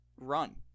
run